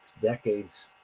decades